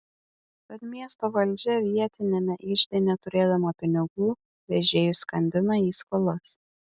tad miesto valdžia vietiniame ižde neturėdama pinigų vežėjus skandina į skolas